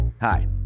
Hi